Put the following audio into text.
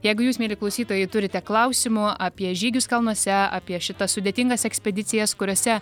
jeigu jūs mieli klausytojai turite klausimų apie žygius kalnuose apie šitas sudėtingas ekspedicijas kuriose